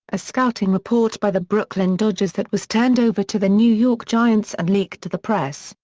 a scouting report by the brooklyn dodgers that was turned over to the new york giants and leaked to the press,